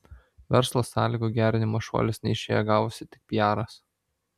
verslo sąlygų gerinimo šuolis neišėjo gavosi tik piaras